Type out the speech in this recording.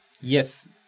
Yes